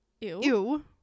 ew